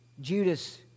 Judas